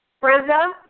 Brenda